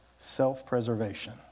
Self-preservation